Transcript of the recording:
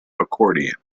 accordion